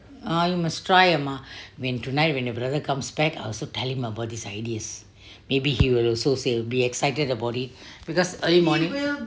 ah you must try amma when tonight when your brother comes back I also tell him about these ideas maybe he will also say excited about it because early morning